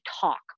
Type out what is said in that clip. talk